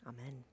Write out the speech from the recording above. Amen